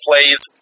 plays